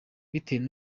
bitewe